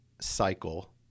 cycle